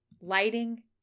Lighting